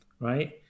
right